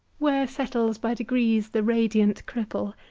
where settles by degrees the radiant cripple?